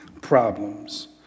problems